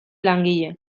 langile